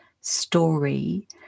story